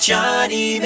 Johnny